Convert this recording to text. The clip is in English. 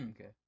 Okay